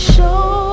Show